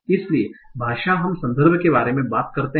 इसलिए भाषा हम संदर्भ के बारे में बात करते हैं